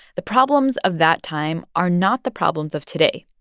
the problems of that time are not the problems of today.